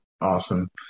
Awesome